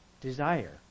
Desire